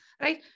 Right